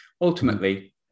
Ultimately